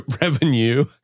revenue